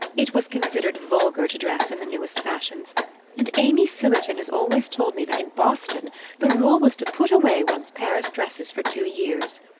it was considered vulgar to dress in the newest fashions and amy sillerton has always told me that in boston the rule was to put away one's paris dresses for two years.